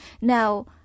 now